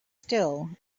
still